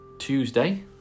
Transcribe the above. Tuesday